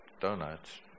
Donuts